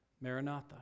Maranatha